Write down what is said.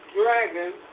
dragon